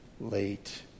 late